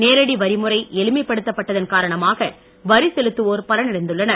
நேரடி வரி முறை எளிமைப்படுத்தப்பட்டதன் காரணமாக வரிசெலுத்துவோர் பலனடைந்துள்ளனர்